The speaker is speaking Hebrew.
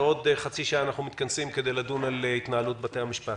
בעוד חצי שעה נתכנס כדי לדון על התנהלות בתי המשפט.